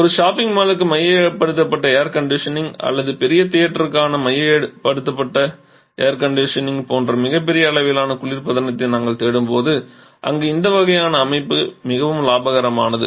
ஒரு ஷாப்பிங் மாலுக்கு மையப்படுத்தப்பட்ட ஏர் கண்டிஷனிங் அல்லது பெரிய தியேட்டருக்கான மையப்படுத்தப்பட்ட ஏர் கண்டிஷனிங் போன்ற மிகப் பெரிய அளவிலான குளிர்பதனத்தை நாங்கள் தேடும்போது அங்கு இந்த வகையான அமைப்பு மிகவும் லாபகரமானது